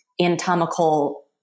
anatomical